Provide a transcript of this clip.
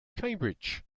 cambridge